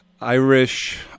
Irish